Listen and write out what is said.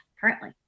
currently